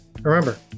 Remember